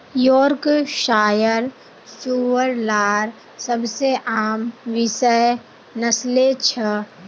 Yorkshire सूअर लार सबसे आम विषय नस्लें छ